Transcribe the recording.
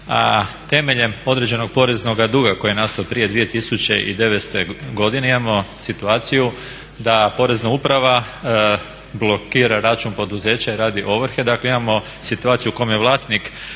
a temeljem određenog poreznoga duga koji je nastao prije 2009.godine imamo situaciju da Porezna uprava blokira račun poduzeća i radi ovrhe,